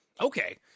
Okay